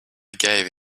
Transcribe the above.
gave